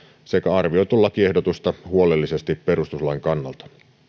sekä arvioitu lakiehdotusta huolellisesti perustuslain kannalta